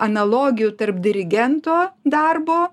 analogijų tarp dirigento darbo